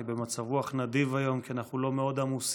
אני במצב רוח נדיב היום כי אנחנו לא מאוד עמוסים,